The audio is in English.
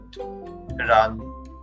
run